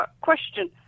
Question